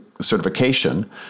certification